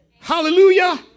Hallelujah